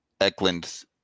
Eklund